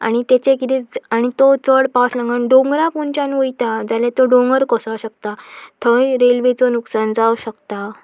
आनी तेचे किदें आनी तो चड पावस लागून डोंगरा पोंदच्यान वयता जाल्यार तो डोंगर कोसळोंक शकता थंय रेल्वेचो नुकसाण जावं शकता